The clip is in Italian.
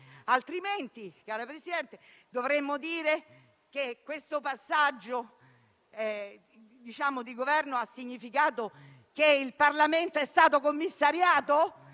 Presidente, dovremmo dire che questo passaggio di Governo ha significato che il Parlamento è stato commissariato?